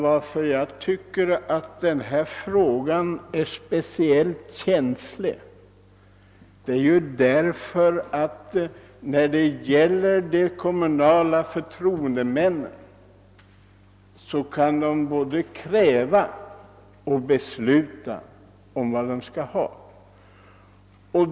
Tvärtom finner jag den här frågan speciellt känslig just därför att de kommunala förtroendemännen kan både kräva och besluta om vad de skall ha.